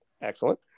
Excellent